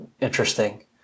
interesting